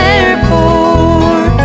Airport